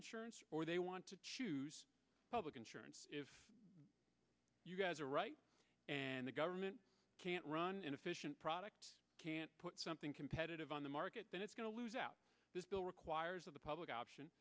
insurance or they want to choose public insurance if you guys are right and the government can't run an efficient product can't put something competitive on the market that it's going to lose out this bill requires of the public option